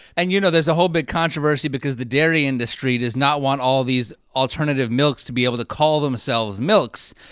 and, you know, there's a whole big controversy because the dairy industry does not want all these alternative milks to be able to call themselves milks.